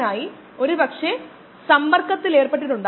നമുക്ക് ഇതിനെ സ്ഥിരാങ്കം kd എന്ന് വിളിക്കാം